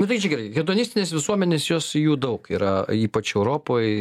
na tai čia gerai hedonistinės visuomenės jos jų daug yra ypač europoj